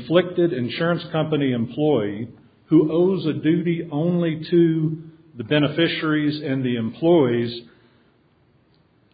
conflicted insurance company employee who owes a duty only to the beneficiaries and the employees